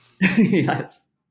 yes